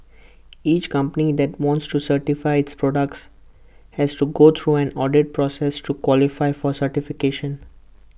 each company that wants to certify its products has to go through an audit process to qualify for certification